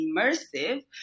immersive